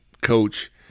Coach